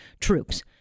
troops